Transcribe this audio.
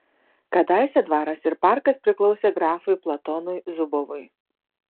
kadaise dvaras ir parkas priklausė grafui platonui zubovui